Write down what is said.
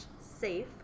safe